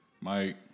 Mike